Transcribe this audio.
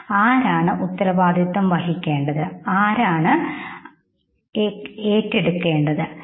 ആരാണ് ഉത്തരവാദിത്വം വഹിക്കേണ്ടത് ആരാണ് ഉത്തരവാദിത്വം വഹിക്കേണ്ടത് അതിന്റെ ഉത്തരവാദിത്തം ഏറ്റെടുക്കേണ്ടത് എന്നിങ്ങനെ